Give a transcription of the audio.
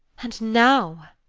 and now.